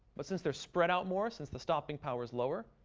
but since they're spread out more, since the stopping power is lower,